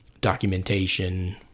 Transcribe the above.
documentation